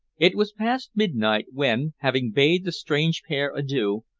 it was past midnight when, having bade the strange pair adieu,